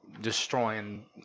destroying